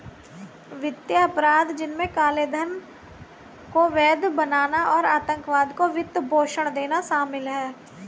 वित्तीय अपराध, जिनमें काले धन को वैध बनाना और आतंकवाद को वित्त पोषण देना शामिल है